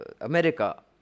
America